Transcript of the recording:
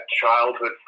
childhood